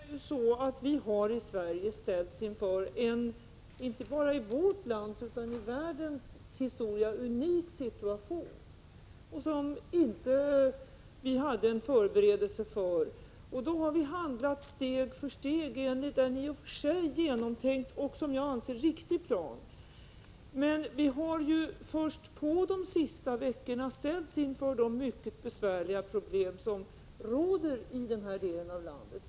Herr talman! Jag finner anledning att invända mot den här beskrivningen. Vi har i Sverige ställts inför en inte bara i vårt lands utan i världens historia unik situation, som vi inte hade någon förberedelse för. Då har vi handlat steg för steg enligt en i och för sig genomtänkt och, som jag anser, riktig plan. Vi har ju först de senaste veckorna ställts inför de mycket besvärliga problem som råder i den här delen av landet.